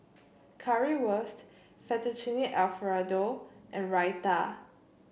Currywurst Fettuccine Alfredo and Raita